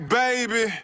baby